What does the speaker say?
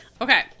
Okay